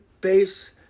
base